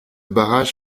barrage